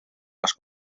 les